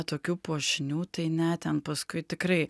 tokių puošnių tai ne ten paskui tikrai